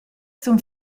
sun